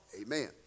Amen